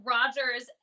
Rogers